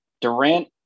Durant